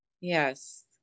Yes